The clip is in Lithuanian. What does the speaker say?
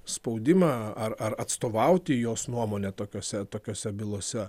spaudimą ar ar atstovauti jos nuomonę tokiose tokiose bylose